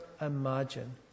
imagine